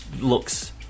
looks